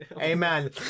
Amen